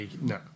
No